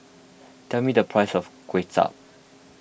tell me the price of Kuay Chap